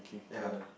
ya